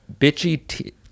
bitchy